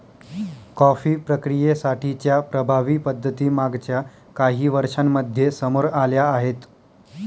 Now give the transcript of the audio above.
coffee प्रक्रियेसाठी च्या प्रभावी पद्धती मागच्या काही वर्षांमध्ये समोर आल्या आहेत